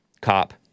cop